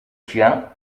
tien